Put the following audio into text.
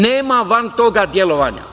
Nema van toga delovanja.